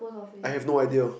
I have no idea